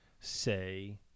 say